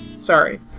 sorry